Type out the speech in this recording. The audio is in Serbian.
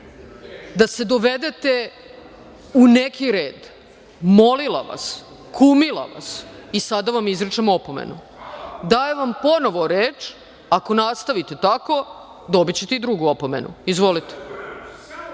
da se dovedete u neki red, molila vas, kumila vas i sada vam izričem opomenu. Dajem vam ponovo reč. Ako nastavite tako, dobićete i drugu opomenu. Izvolite.